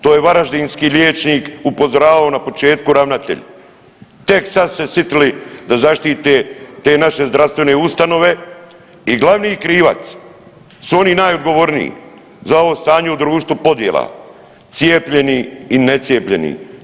To je varaždinski liječnik upozoravao, na početku ravnatelj, tek sad su se sitili da zaštite te naše zdravstvene ustanove i glavni krivac su oni najodgovorniji za ovo stanje u društvu podjela cijepljene i necijepljeni.